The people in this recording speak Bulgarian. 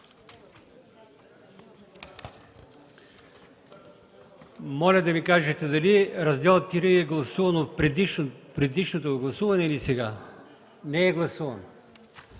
Моля да ми кажете дали Раздел ІІІ е гласуван в предишното гласуване, или сега? Не е гласуван.